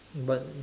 but